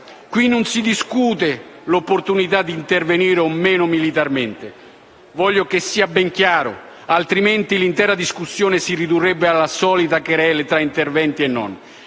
sede non si discute l'opportunità di intervenire o no militarmente. Voglio che ciò sia ben chiaro, altrimenti l'intera discussione si ridurrebbe alla solita *querelle* tra interventisti e non.